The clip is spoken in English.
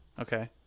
okay